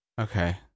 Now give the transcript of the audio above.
Okay